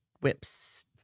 Whips